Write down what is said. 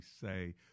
say